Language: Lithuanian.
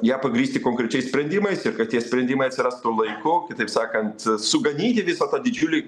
ją pagrįsti konkrečiais sprendimais ir kad tie sprendimai atsirastų laiku kitaip sakant suganyti visą tą didžiulį